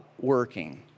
working